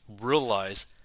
realize